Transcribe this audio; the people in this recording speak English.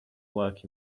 work